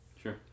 Sure